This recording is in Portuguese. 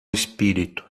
espírito